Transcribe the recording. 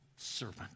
servant